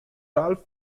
ralph